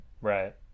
Right